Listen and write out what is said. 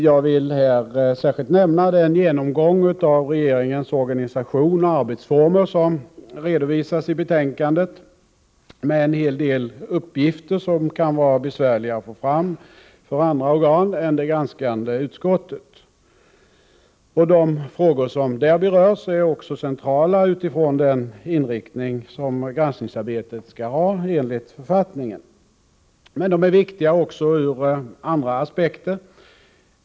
Jag vill här särskilt nämna den genomgång av regeringens organisation och arbetsformer som redovisas i betänkandet, med en hel del uppgifter som kan vara besvärliga att få fram för andra organ än det granskande utskottet. De frågor som där berörs är också centrala med utgångspunkt i den inriktning som granskningsarbetet enligt författningen skall ha. De är emellertid viktiga även ur andra aspekter.